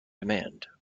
demand